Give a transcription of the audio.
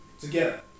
together